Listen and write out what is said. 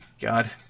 God